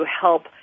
help